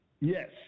yes